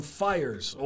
fires